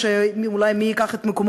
או אולי של מי שייקח את מקומו,